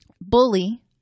bully